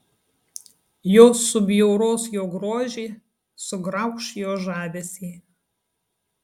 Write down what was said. jos subjauros jo grožį sugrauš jo žavesį